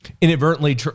inadvertently